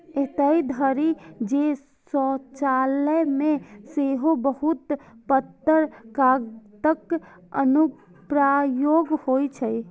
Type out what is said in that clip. एतय धरि जे शौचालय मे सेहो बहुत पातर कागतक अनुप्रयोग होइ छै